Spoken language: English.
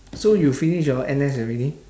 so you finish your N_S already